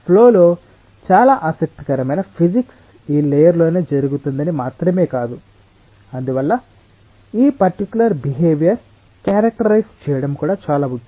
flow లో చాలా ఆసక్తికరమైన ఫిజిక్స్ ఈ లేయర్ లోనే జరుగుతుందని మాత్రమే కాదు అందువల్ల ఈ పర్టికులర్ బిహేవియర్ క్యారక్టైజ్ చేయడం కుడా చాలా ముఖ్యం